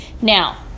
Now